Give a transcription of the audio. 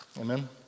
Amen